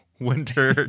winter